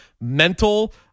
mental